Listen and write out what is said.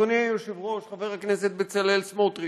אדוני היושב-ראש חבר הכנסת בצלאל סמוטריץ,